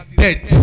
dead